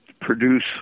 produce